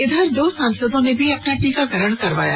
इधर दो सांसदों ने भी अपना टीकाकरण कराया